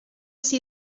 see